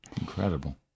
Incredible